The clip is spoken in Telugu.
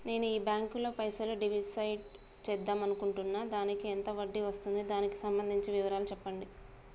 నేను ఈ బ్యాంకులో పైసలు డిసైడ్ చేద్దాం అనుకుంటున్నాను దానికి ఎంత వడ్డీ వస్తుంది దానికి సంబంధించిన వివరాలు చెప్పండి?